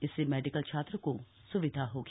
इससे मेडिकल छात्रों को स्विधा होगी